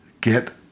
get